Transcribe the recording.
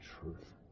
truth